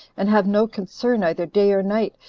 and have no concern either day or night,